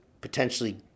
potentially